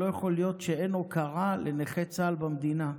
לא יכול להיות שאין הוקרה לנכי צה"ל במדינה,